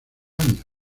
años